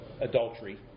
adultery